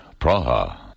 Praha